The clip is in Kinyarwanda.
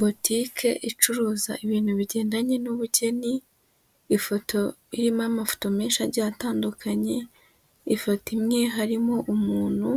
Botike icuruza ibintu bigendanye n'ubugeni, ifoto irimo amafoto menshi agiye atandukanye, ifoto imwe harimo umuntu,